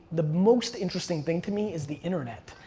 the most interesting thing to me is the internet.